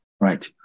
right